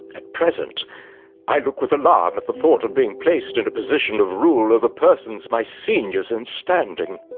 at present i look with alarm at the thought of being placed in a position of rule over persons my seniors in standing.